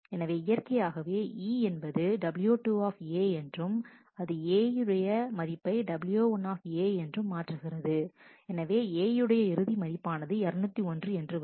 எனவே இயற்கையாகவே E என்பதுW2 என்றும் அது A உடைய மதிப்பைW1 என்றும் மாற்றுகிறது எனவே A உடைய இறுதி மதிப்பானது 201 என்று வரும்